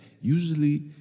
usually